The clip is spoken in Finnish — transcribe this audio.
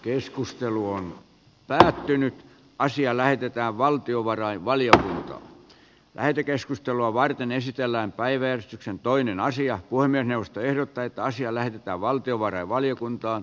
keskustelu on päätynyt asia lähetetään valtiovarainvaliokuntaan lähetekeskustelua varten esitellään päiväys on toinen asia kuin puhemiesneuvosto ehdottaa että asia lähetetään valtiovarainvaliokuntaan